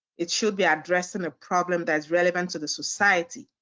it should be addressing a problem that is relevant to the society,